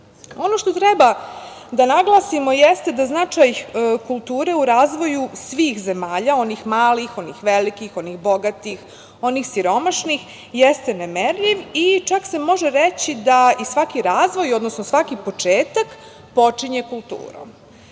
što treba da naglasimo jeste da značaj kulture u razvoju svih zemalja onih malih, onih velikih, onih bogatih, onih siromašnih jeste nemerljiv i čak se može reći da i svaki razvoj, odnosno svaki početak počinje kulturom. Tako